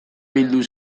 bildu